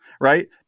right